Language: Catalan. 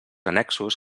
annexos